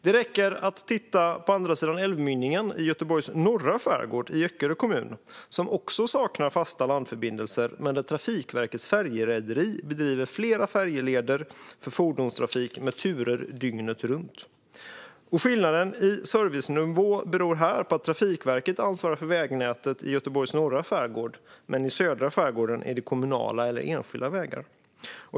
Det räcker att titta på andra sidan älvmynningen i Göteborgs norra skärgård, i Öckerö kommun, som också saknar fasta landförbindelser men där Trafikverkets färjerederi bedriver flera färjeleder för fordonstrafik med turer dygnet runt. Skillnaden i servicenivå beror här på att Trafikverket ansvarar för vägnätet i Göteborgs norra skärgård, men i södra skärgården är det kommunala eller enskilda vägar.